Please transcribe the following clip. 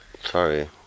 Sorry